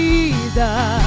Jesus